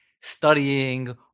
studying